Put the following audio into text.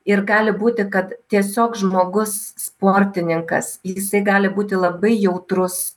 ir gali būti kad tiesiog žmogus sportininkas jisai gali būti labai jautrus